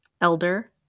elder